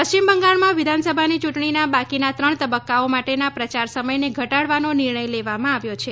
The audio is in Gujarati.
પશ્ચિમ બંગાળમાં વિધાનસભાની યૂંટણીના બાકીના ત્રણ તબક્કાઓ માટેના પ્રચાર સમયને ઘટાડવાનો નિર્ણય લીધો છે